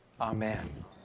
Amen